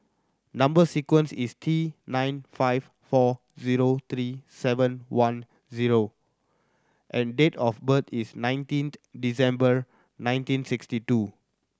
number sequence is T nine five four zero three seven one zero and date of birth is nineteenth December nineteen sixty two